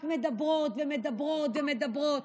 רק מדברות ומדברות ומדברות.